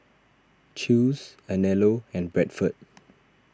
Chew's Anello and Bradford